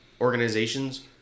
organizations